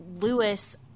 Lewis